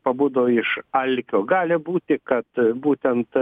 pabudo iš alkio gali būti kad būtent